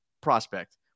prospect